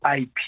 IP